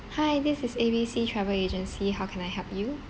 hi this is A B C travel agency how can I help you